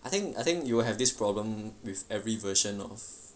I think I I think you will have this problem with every version of